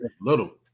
little